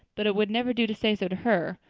but it would never do to say so to her.